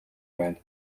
байна